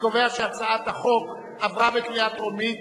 אני קובע שהצעת החוק עברה בקריאה טרומית.